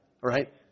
right